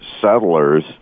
settlers